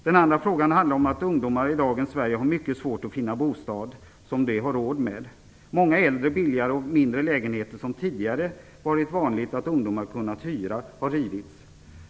Den andra frågan handlar om att ungdomar i dagens Sverige har mycket svårt att finna en bostad som de har råd med. Många äldre, billigare och mindre lägenheter som det tidigare har varit vanligt att ungdomar har kunnat hyra har rivits.